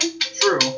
True